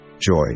joy